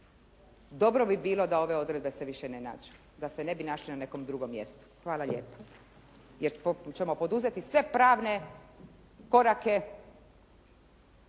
dobro bi bilo da ove odredbe se više ne nađu. Da se ne bi našli na nekom drugom mjestu, hvala lijepa. Jer ćemo poduzeti sve pravne korake